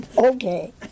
Okay